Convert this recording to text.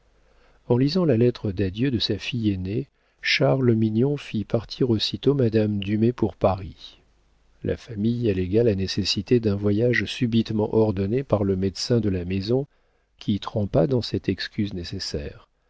en lisant la lettre d'adieu de sa fille aînée charles mignon fit partir aussitôt madame dumay pour paris la famille allégua la nécessité d'un voyage subitement ordonné par le médecin de la maison qui trempa dans cette excuse nécessaire